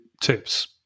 tips